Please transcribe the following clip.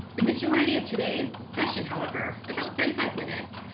the majority of today's session, however, about thirty five minutes,